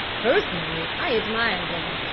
personally, i admire them.